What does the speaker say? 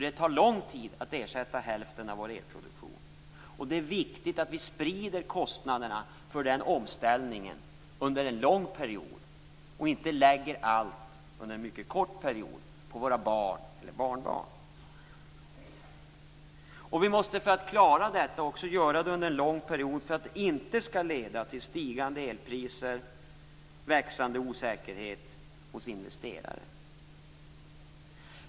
Det tar lång tid att ersätta hälften av vår elproduktion. Det är viktigt att vi sprider ut kostnaderna för den omställningen under en lång period i stället för att lägga allt på våra barn eller barnbarn under en mycket kort period. Vi måste lägga ut kostnaderna på en lång period också för att omställningen inte skall leda till stigande elpriser och växande osäkerhet hos investerare.